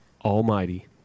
almighty